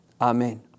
Amen